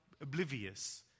oblivious